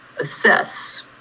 assess